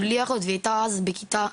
שהייתה אז בכיתה